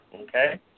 okay